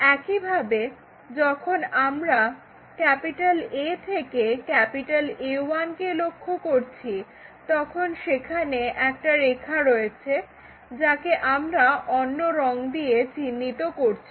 একইভাবে যখন আমরা A থেকে A1 কে লক্ষ্য করছি তখন সেখানে একটা রেখা রয়েছে যাকে আমরা অন্য রং দিয়ে চিহ্নিত করছি